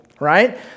right